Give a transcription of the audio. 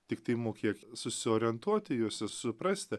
tiktai mokėk susiorientuoti juose suprasti